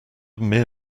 mere